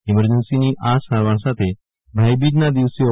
ઇમરજન્સીની આ સારવાર સાથે ભાઈબીજના દિવસે ઓ